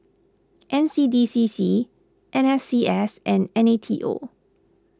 N C D C C N S C S and N A T O